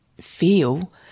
feel